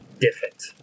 different